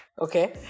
Okay